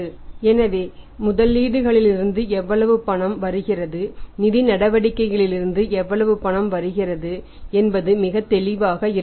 எனவே முதலீடுகளிலிருந்து எவ்வளவு பணம் வருகிறது நிதி நடவடிக்கைகளில் இருந்து எவ்வளவு பணம் வருகிறது என்பது மிகத்தெளிவாக இருக்க வேண்டும்